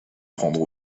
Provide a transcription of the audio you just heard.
prendre